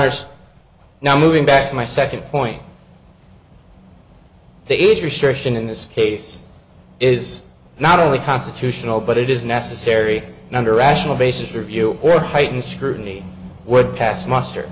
honour's now moving back to my second point the age restriction in this case is not only constitutional but it is necessary under rational basis review or heightened scrutiny would pass muster